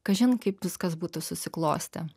kažin kaip viskas būtų susiklostę